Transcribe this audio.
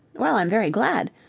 well, i'm very glad.